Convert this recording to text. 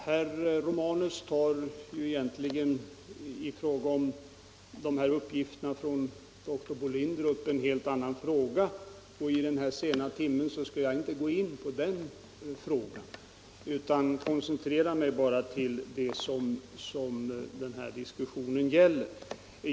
Herr talman! Herr Romanus tar med de här uppgifterna från dr Bolinder egentligen upp en helt annan fråga, och vid den här sena timmen skall jag inte gå in på den utan koncentrera mig till vad diskussionen gäller.